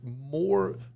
more